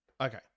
Okay